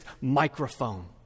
microphone